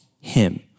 him